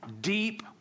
deep